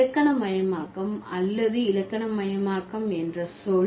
இலக்கணமயமாக்கம் அல்லது இலக்கணமயமாக்கம் என்ற சொல்